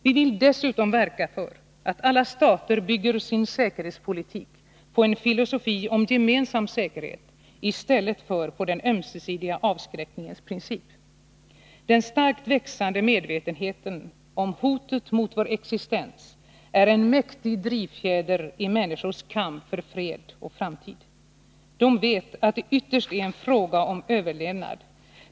Vi vill dessutom verka för att alla stater bygger sin säkerhetspolitik på en filosofi om gemensam säkerhet i stället för på den ömsesidiga avskräckningens princip. Den starkt växande medvetenheten om hotet mot vår existens är en mäktig drivfjäder i människors kamp för fred och framtid. De vet att det ytterst är en fråga om överlevnad.